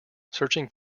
searching